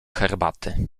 herbaty